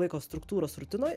laiko struktūros rutinoj